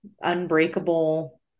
unbreakable